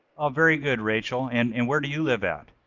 ah very good, rachel, and and where do you live at?